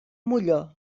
molló